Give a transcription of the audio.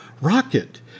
Rocket